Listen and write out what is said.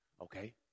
okay